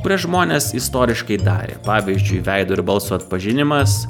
kurias žmonės istoriškai darė pavyzdžiui veido ir balso atpažinimas